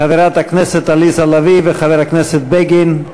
חברת הכנסת עליזה לביא וחבר הכנסת בגין,